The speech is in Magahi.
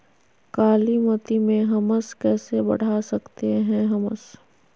कालीमती में हमस कैसे बढ़ा सकते हैं हमस?